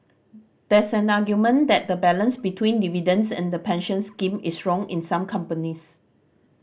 there's an argument that the balance between dividends and the pension scheme is wrong in some companies